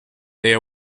their